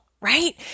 right